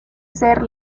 ser